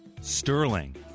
Sterling